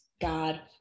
God